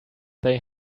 they